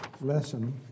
lesson